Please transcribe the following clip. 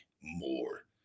more